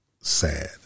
sad